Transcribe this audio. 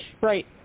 Right